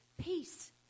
peace